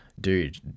dude